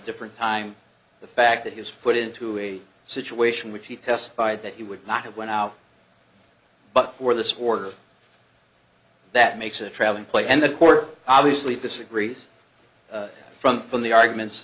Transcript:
different time the fact that he was put into a situation which he testified that he would not have went out but for the sort of that makes a traveling play and the court obviously disagrees from from the arguments